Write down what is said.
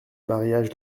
mariage